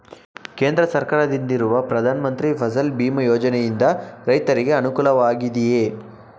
ಕೇಂದ್ರ ಸರ್ಕಾರದಿಂದಿರುವ ಪ್ರಧಾನ ಮಂತ್ರಿ ಫಸಲ್ ಭೀಮ್ ಯೋಜನೆಯಿಂದ ರೈತರಿಗೆ ಅನುಕೂಲವಾಗಿದೆಯೇ?